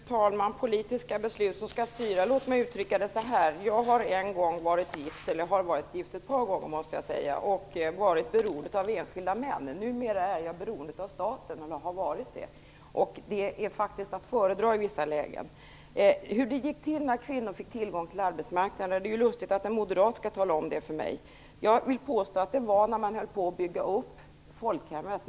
Fru talman! Liselotte Wågö sade att vi anser att politiska beslut skall styra. Låt mig uttrycka det så här. Jag har varit gift ett par gånger och varit beroende av enskilda män. Numera är jag och har varit beroende av staten. Det är faktiskt att föredra i vissa lägen. Det är lustigt att en moderat skall tala om för mig hur det gick till när kvinnor fick tillgång till arbetsmarknaden. Jag vill påstå att det var när man höll på att bygga upp folkhemmet.